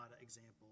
example